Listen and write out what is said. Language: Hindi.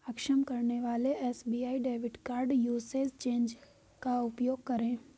अक्षम करने वाले SBI debit card usage change का उपयोग करें